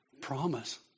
promise